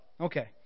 Okay